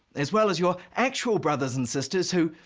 as well as, your actual brothers and sisters, who,